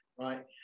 right